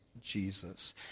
Jesus